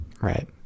Right